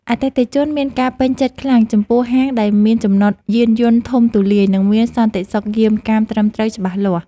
អតិថិជនមានការពេញចិត្តខ្លាំងចំពោះហាងដែលមានចំណតយានយន្តធំទូលាយ និងមានសន្តិសុខយាមកាមត្រឹមត្រូវច្បាស់លាស់។